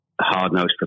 hard-nosed